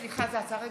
סליחה, זה הצעה רגילה.